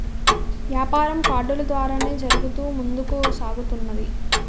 యాపారం కార్డులు ద్వారానే జరుగుతూ ముందుకు సాగుతున్నది